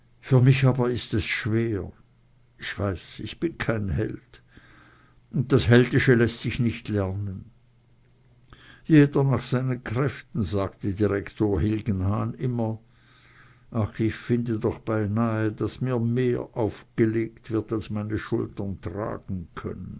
für mich aber ist es schwer ich weiß ich bin kein held und das heldische läßt sich nicht lernen jeder nach seinen kräften sagte direktor hilgenhahn immer ach ich finde doch beinahe daß mir mehr aufgelegt wird als meine schultern tragen können